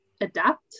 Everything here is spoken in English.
adapt